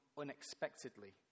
unexpectedly